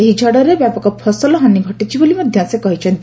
ଏହି ଝଡ଼ରେ ବ୍ୟାପକ ଫସଲ ହାନୀ ଘଟିଛି ବୋଲି ମଧ୍ୟ ସେ କହିଛନ୍ତି